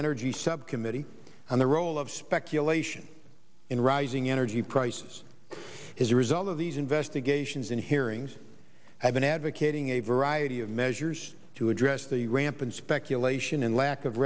energy subcommittee and the role of speculation in rising energy prices is a result of these investigations and hearings have been advocating a variety of measures to address the rampant speculation and lack of